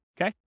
Okay